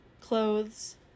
Clothes